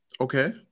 Okay